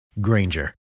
Granger